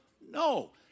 No